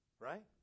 Right